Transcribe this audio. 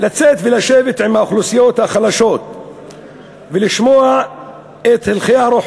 לצאת ולשבת עם האוכלוסיות החלשות ולשמוע את הלכי הרוח